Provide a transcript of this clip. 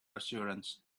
assurance